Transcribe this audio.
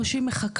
או שהיא מחכה.